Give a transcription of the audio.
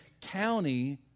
county